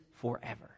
forever